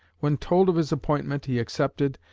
when told of his appointment, he accepted,